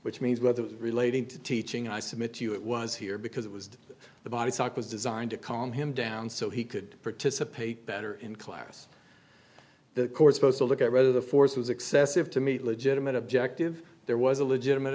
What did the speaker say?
which means whether it's related to teaching i submit to you it was here because it was the body talk was designed to calm him down so he could participate better in class the court supposed to look at whether the force was excessive to meet legitimate objective there was a legitimate